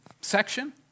section